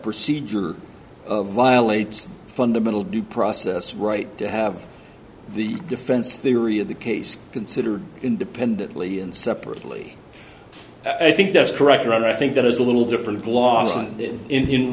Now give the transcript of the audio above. procedure violates fundamental due process right to have the defense theory of the case considered independently and separately i think that's correct or rather i think that is a little different gloss on in